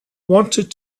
wanted